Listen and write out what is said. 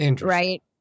right